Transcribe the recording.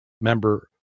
member